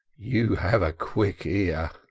you have a quick ear.